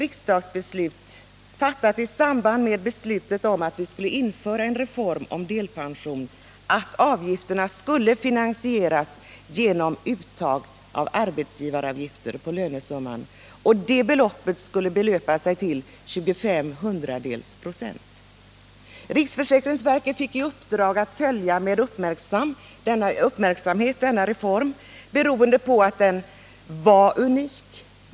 I samband med beslutet om att införa delpensionsreformen beslöt riksdagen att avgifterna skulle finansieras genom uttag av arbetsgivaravgifter på lönesumman. Uttaget skulle vara 0,25 26. Riksförsäkringsverket fick i uppdrag att uppmärksamt följa denna reform, beroende på att den var unik.